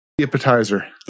Appetizer